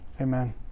Amen